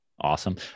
awesome